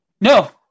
No